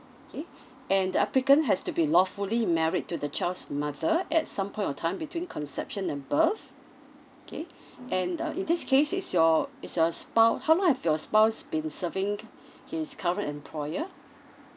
okay and the applicant has to be lawfully married to the child's mother at some point of time between conception and birth okay then uh in this case is your is your spou~ how long have your spouse been serving his current employer